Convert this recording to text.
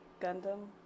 Gundam